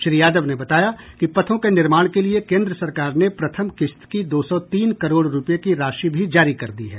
श्री यादव ने बताया कि पथों के निर्माण के लिये केन्द्र सरकार ने प्रथम किस्त की दो सौ तीन करोड़ रुपये की राशि भी जारी कर दी है